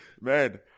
Man